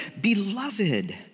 beloved